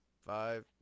five